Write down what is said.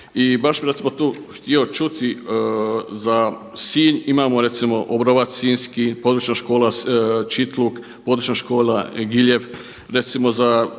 Hvala